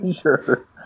Sure